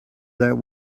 that